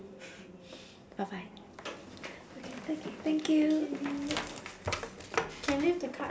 bye bye okay thank thank you can leave the card